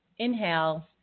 Inhale